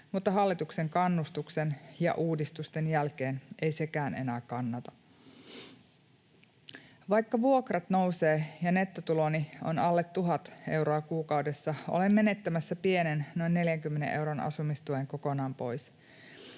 mutta hallituksen ”kannustuksen” ja ”uudistusten” jälkeen ei sekään enää kannata.” ”Vaikka vuokrat nousee ja nettotuloni on alle 1 000 euroa kuukaudessa, olen menettämässä pienen, noin 40 euron asumistuen kokonaan pois.